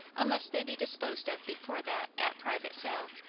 unless they be disposed of before that at private sale.